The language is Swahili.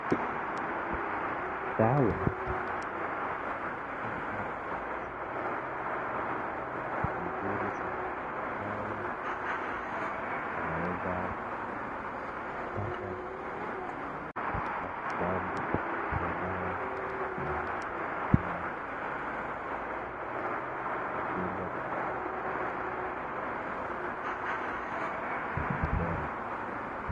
Dawa ya MMR Vaccine ni dawa nzuri sana ambayo mtu anaweza kupata matibabu kwa dawa hii ya MMR [ vaccine ,inaweza kutibu magonjwa kama measles, mumps na rubela.